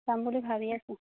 যাম বুলি ভাবি আছোঁ